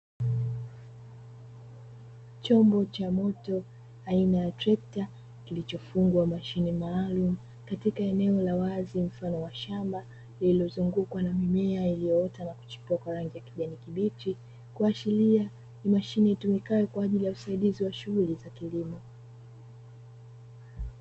Chombo cha moto aina ya trekta kilichofungwa mashine maalumu katika eneo la wazi mfano wa shamba, lililozungukwa na mimea iliyoota na kuchipua kwa rangi ya kijani kibichi, kuashiria ni mashine itumikayo kwa ajili ya usaidizi wa shughuli za kilimo.